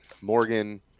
Morgan